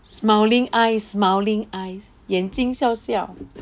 smiling eyes smiling eyes 眼睛笑笑